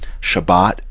Shabbat